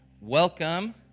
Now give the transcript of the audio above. Welcome